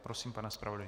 Prosím, pane zpravodaji.